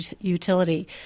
utility